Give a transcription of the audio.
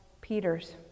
Peter's